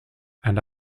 and